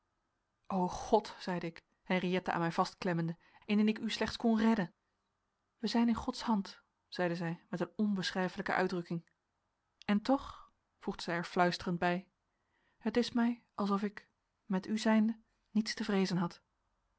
o god zeide ik henriëtte aan mij vastklemmende indien ik u slechts kon redden wij zijn in gods hand zeide zij met een onbeschrijfelijke uitdrukking en toch voegde zij er fluisterend bij het is mij alsof ik met u zijnde niets te vreezen had